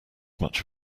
much